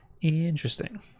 Interesting